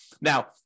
Now